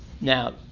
now